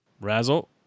Razzle